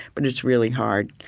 but it's really hard.